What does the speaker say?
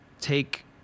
take